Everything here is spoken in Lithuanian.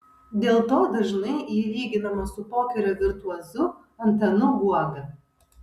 dėl to dažnai ji lyginama su pokerio virtuozu antanu guoga